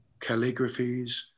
calligraphies